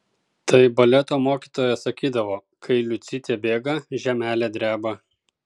tai baleto mokytoja sakydavo kai liucytė bėga žemelė dreba